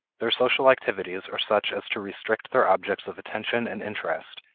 their social activities are such as to restrict their objects of attention and interest,